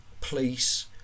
police